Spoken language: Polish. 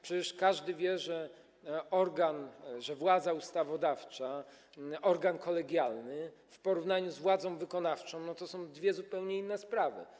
Przecież każdy wie, że organ, władza ustawodawcza, organ kolegialny w porównaniu z władzą wykonawczą to są dwie zupełnie inne sprawy.